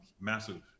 massive